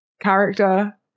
character